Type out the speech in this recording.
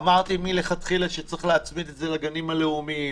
אמרתי מלכתחילה שצריך להצמיד את זה לגנים הלאומיים.